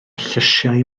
llysiau